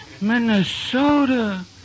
Minnesota